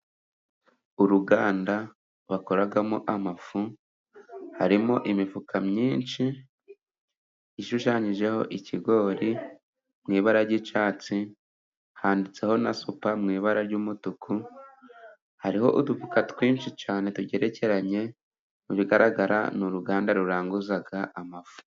Uruganda bakoramo amafu, harimo imifuka myinshi ishushanyijeho ikigori mu ibara ry'icyatsi, handitseho na supa mu ibara ry'umutuku, hariho udufuka twinshi cyane tugerekeranye, mu bigaragara ni uruganda ruranguza amafu.